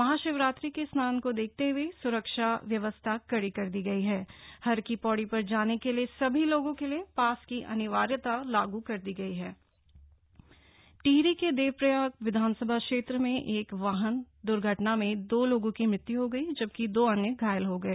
महाशिवरात्रि के स्नान को देखते हए सुरक्षा व्यवस्था कड़ी कर दी गई हण हर की पड़ी पर जाने के लिए सभी लोगों के लिए पास की अनिवार्यता लागू कर दी गई हप दर्घटना टिहरी टिहरी के देवप्रयाग विधानसभा क्षेत्र में एक वाहन द्र्घटना दो लोगों की मृत्य् हो गई जबकि दो अन्य घायल हो गए